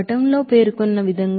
పటంలో పేర్కొన్నవిధంగా 0